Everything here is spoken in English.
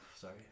Sorry